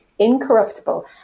incorruptible